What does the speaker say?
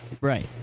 Right